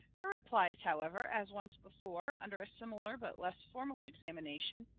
her replies, however, as once before, under a similar but less formal examination,